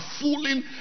fooling